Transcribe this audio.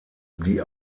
die